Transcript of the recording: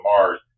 Mars